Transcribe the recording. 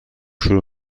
شروع